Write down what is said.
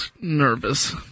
nervous